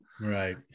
Right